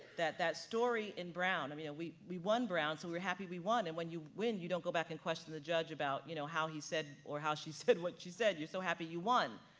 that that story in brown, i mean, we we won brown, so we're happy we won. and when you when you don't go back and question the judge about, you know, how he said, or how she said what she said, you're so happy you won.